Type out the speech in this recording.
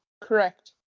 Correct